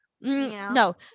No